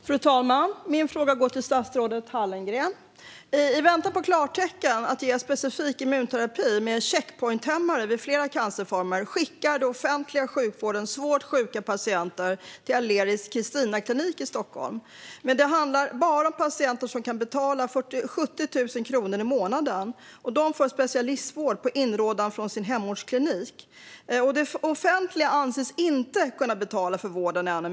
Fru talman! Min fråga går till statsrådet Hallengren. I väntan på klartecken att ge specifik immunterapi med en checkpointhämmare vid flera cancerformer skickar den offentliga sjukvården svårt sjuka patienter till Aleris Christinakliniken i Stockholm. Men det handlar bara om patienter som kan betala 70 000 kronor i månaden. De får en specialistvård på inrådan från sin hemortsklinik. Det offentliga anses inte kunna betala för vården ännu.